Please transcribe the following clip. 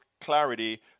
clarity